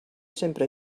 sempre